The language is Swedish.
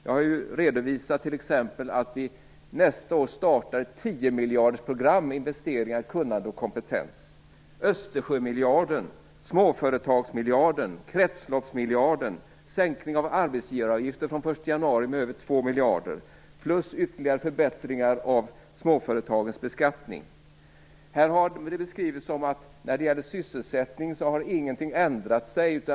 Jag har ju t.ex. redovisat att vi nästa år startar ett tiomiljardersprogram för investeringar, kunnande och kompetens. Dessutom finns Här har det beskrivits som att ingenting har ändrat sig när det gäller sysselsättningen.